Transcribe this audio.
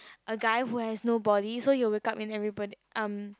a guy who has no body so he will wake up in everybody um